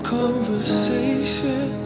conversation